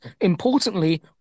importantly